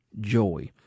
joy